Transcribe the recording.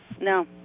no